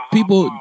people